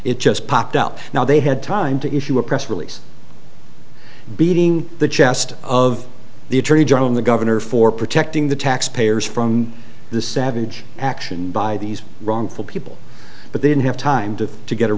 popped up now they had time to issue a press release beating the chest of the attorney general and the governor for protecting the taxpayers from this savage action by these wrongful people but they didn't have time to to get a